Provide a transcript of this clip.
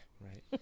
right